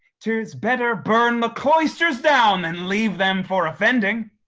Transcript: tis better burn the cloisters down than leave them for offending.